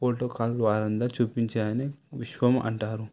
ఫోటాన్లు వాటిద్వారా చూపించాయని విశ్వము అంటారు